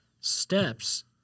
steps